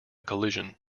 collision